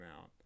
out